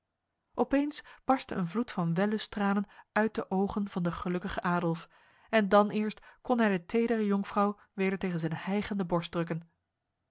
opeens barstte een vloed van wellusttranen uit de ogen van de gelukkige adolf en dan eerst kon hij de tedere jonkvrouw weder tegen zijn hijgende borst drukken